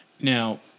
Now